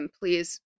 please